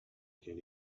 can